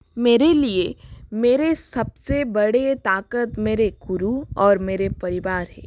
मेरे लिए मेरे सबसे बड़े ताकत मेरे गुरु और मेरे परिवार है